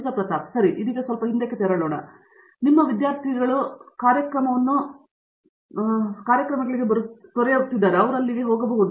ಪ್ರತಾಪ್ ಹರಿಡೋಸ್ ಸರಿ ಇದೀಗ ಸ್ವಲ್ಪ ಹಿಂದಕ್ಕೆ ತೆರಳಲಿ ನಿಮ್ಮ ವಿದ್ಯಾರ್ಥಿಗಳು ಕಾರ್ಯಕ್ರಮವನ್ನು ತೊರೆಯುತ್ತಿದ್ದಾರೆ ಮತ್ತು ಅಲ್ಲಿ ಅವರು ಹೋಗಬಹುದು ಎಂಬುದರ ಕುರಿತು ನಾವು ಮಾತನಾಡುತ್ತೇವೆ